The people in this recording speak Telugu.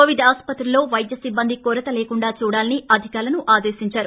కొవిడ్ ఆస్పత్రుల్లో వైద్య సిబ్బంది కొరత లోకుండా చూడాలని అధికారులను ఆదేశించారు